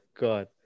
god